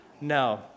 No